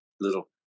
little